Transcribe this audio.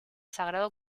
sagrado